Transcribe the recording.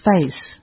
space